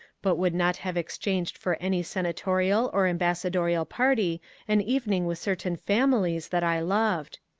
but would not have exchanged for any senatorial or ambassadorial party an evening with certain families that i loved.